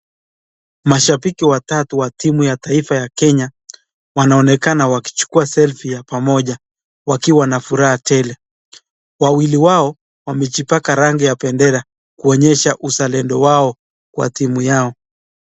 Mashabiki watatu wa timu ya taifa ya Kenya wanaonekana wakichukua selfie ya pamoja wakiwa na furaha tele, wawili wao wamejipaka rangi ya bendera kuonyesha uzalendo wao kwa timu yao.